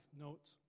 notes